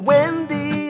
Wendy